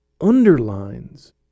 underlines